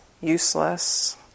useless